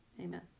amen